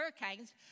hurricanes